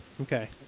okay